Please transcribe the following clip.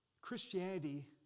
Christianity